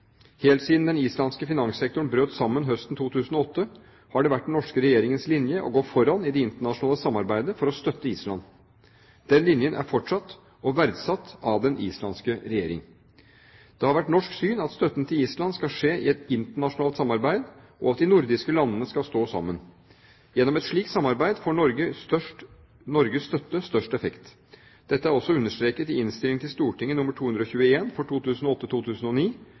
Helt siden den islandske finanssektoren brøt sammen høsten 2008, har det vært den norske regjeringens linje å gå foran i det internasjonale samarbeidet for å støtte Island. Den linjen er forstått og verdsatt av den islandske regjeringen. Det har vært norsk syn at støtten til Island skal skje i et internasjonalt samarbeid, og at de nordiske landene skal stå sammen. Gjennom et slikt samarbeid får Norges støtte størst effekt. Dette er også understreket i Innst. S. nr. 221 for 2008–2009, der Stortinget behandlet en garanti for